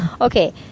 Okay